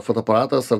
fotoaparatas ar